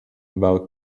about